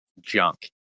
junk